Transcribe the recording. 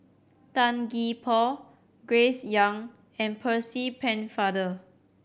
Tan Gee Paw Grace Young and Percy Pennefather